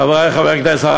חברי חברי הכנסת,